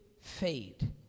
fade